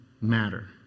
matter